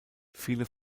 viele